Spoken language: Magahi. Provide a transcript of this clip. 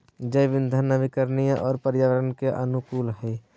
जैव इंधन नवीकरणीय और पर्यावरण के अनुकूल हइ